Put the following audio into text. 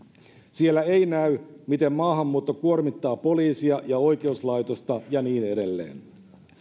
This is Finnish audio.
siellä ei näy miten maahanmuutto kuormittaa poliisia ja oikeuslaitosta ja niin edelleen